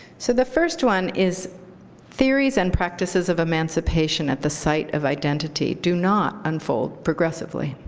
so the first one is theories and practices of emancipation at the site of identity do not unfold progressively.